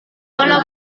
mana